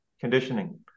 conditioning